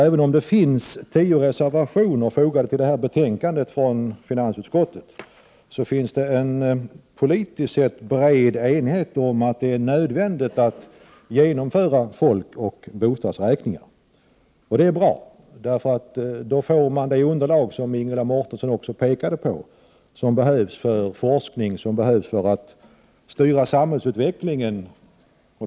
Även om det finns tio reservationer fogade till detta betänkande från finansutskottet, finns det en politiskt sett bred enighet om att det är nödvändigt att genomföra folkoch bostadsräkningar. Det är bra. Man får då det underlag, vilket också Ingela Mårtensson pekade på, som behövs för forskning och för att styra samhällsutvecklingen i rätta former.